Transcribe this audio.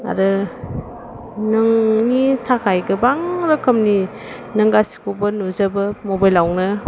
आरो नोंनि थाखाय गोबां रोखोमनि नों गासैखौबो नुजोबो मबाइलावनो